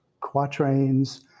quatrains